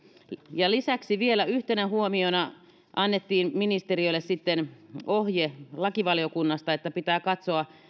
ja lisäksi vielä yhtenä huomiona annettiin ministeriölle ohje lakivaliokunnasta että pitää katsoa